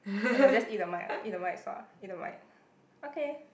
!aiya! just eat the mic ah eat the mic sua eat the mic okay